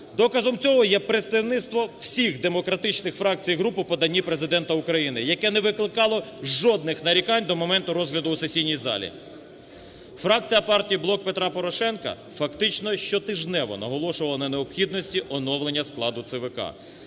Доказом цього є представництво всіх демократичних фракцій і груп у поданні Президента України, яке не викликало жодних нарікань до моменту розгляду у сесійній залі. Фракція партії "Блок Петра Порошенка" фактично щотижнево наголошувала на необхідності оновлення складу ЦВК.